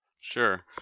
Sure